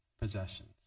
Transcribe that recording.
possessions